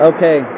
Okay